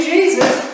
Jesus